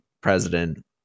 president